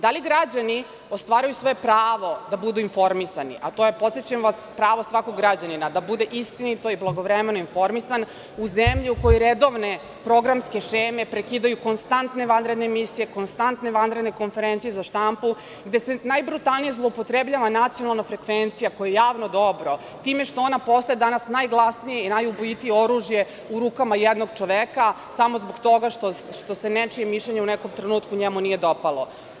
Da li građani ostvaruju svoje pravo da budu informisani, a to je, podsećam vas pravo svakog građanina da bude istinito i blagovremeno i informisan u zemlji u kojoj redovne programske šeme prekidaju konstantne vanredne emisije, konstantne vanredne konferencije za štampu, gde se najbrutalnije zloupotrebljava nacionalna frekvencija koja je javno dobro, time što ona postaje najglasniji i najubojitije oružje u rukama jednog čoveka samo zbog toga što se nečije mišljenje u nekom trenutku nije dopalo.